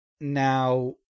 now